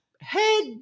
head